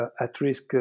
at-risk